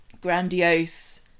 grandiose